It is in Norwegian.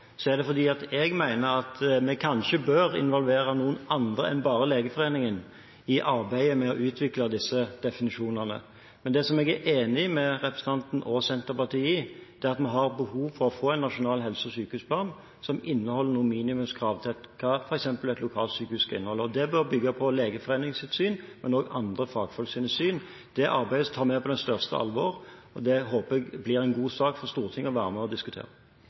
er det fordi jeg mener at vi kanskje bør involvere noen andre enn bare Legeforeningen i arbeidet med å utvikle disse definisjonene. Men det jeg er enig med representanten og Senterpartiet i, er at vi har behov for å få en nasjonal helse- og sykehusplan som inneholder noen minimumskrav til hva f.eks. et lokalsykehus skal inneholde, og det bør bygge på Legeforeningens syn og noen andre fagfolks syn. Det arbeidet tar vi på det største alvor, og det håper jeg blir en god sak for Stortinget å være med og diskutere.